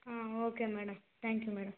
okay madam thank you madam